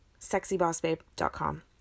sexybossbabe.com